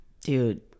dude